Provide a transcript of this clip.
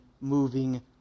moving